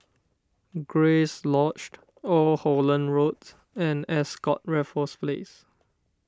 Grace Lodge Old Holland Road and Ascott Raffles Place